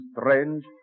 strange